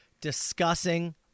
discussing